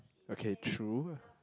okay true